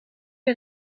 der